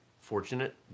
fortunate